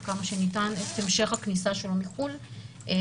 כמה שניתן את המשך הכניסה שלו מחוץ לארץ,